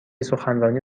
سخنرانی